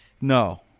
no